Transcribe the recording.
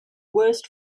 worst